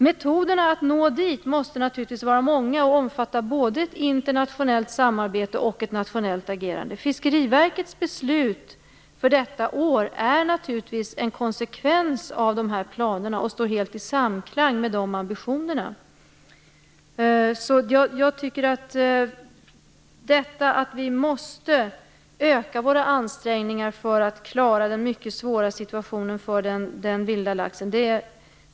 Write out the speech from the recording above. Metoderna för att man skall nå dit måste naturligtvis vara många och omfatta både ett internationellt samarbete och ett nationellt agerande. Fiskeriverkets beslut för detta år är naturligtvis en konsekvens av dessa planer och står helt i samklang med de ambitionerna. Vi måste öka våra ansträngningar för att klara av den mycket svåra situationen för den vilda laxen.